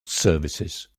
services